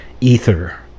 ether